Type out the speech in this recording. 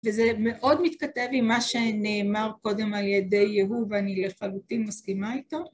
וזה מאוד מתכתב עם מה שנאמר קודם על ידי יהוא ואני לחלוטין מסכימה איתו.